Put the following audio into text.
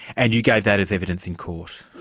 and you gave that as evidence in court.